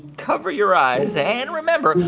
cover your eyes. and remember,